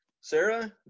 Sarah